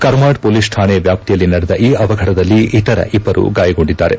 Karmad police ಠಾಣೆ ವ್ಯಾಪ್ತಿಯಲ್ಲಿ ನಡೆದ ಈ ಅವಘಡದಲ್ಲಿ ಇತರ ಇಬ್ಬರು ಗಾಯಗೊಂಡಿದ್ದಾರೆ